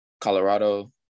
Colorado